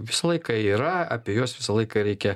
visą laiką yra apie juos visą laiką reikia